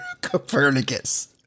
Copernicus